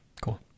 Cool